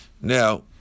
Now